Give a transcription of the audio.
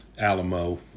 Alamo